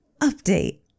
update